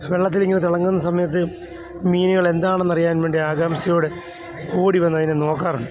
വെള്ളത്തിലിങ്ങനെ തിളങ്ങുന്ന സമയത്ത് മീനുകൾ എന്താണെന്ന് അറിയാൻ വേണ്ടി ആകാംക്ഷയോടെ ഓടിവന്ന് അതിനെ നോക്കാറുണ്ട്